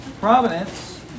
Providence